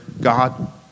God